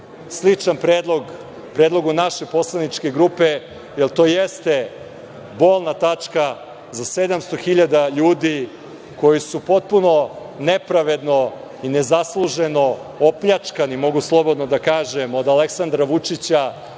sličan predlog predlogu naše poslaničke grupe, jer to jeste bolna tačka za 700.000 ljudi koji su potpuno nepravedno i nezasluženo opljačkani, mogu slobodno da kažem, od Aleksandra Vučića